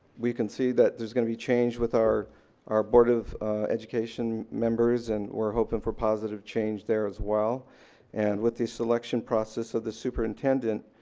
we can see that there's gonna be change with our our board of education members and we're hoping for positive change there as well and with the selection process of the superintendent,